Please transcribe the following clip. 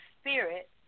Spirit